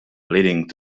leading